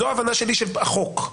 זאת הבנת החוק שלי.